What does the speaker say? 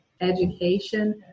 education